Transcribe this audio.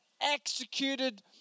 Executed